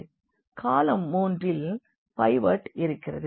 காலம் 3 இல் பைவோட் இருக்கிறது